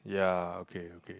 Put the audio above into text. ya okay okay